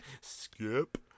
skip